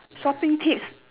shopping tips